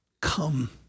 come